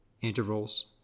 intervals